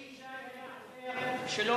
אלי ישי היה עוזר שלו בעירייה.